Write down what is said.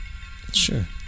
Sure